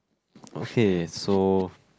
okay so